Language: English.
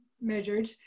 measured